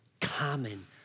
common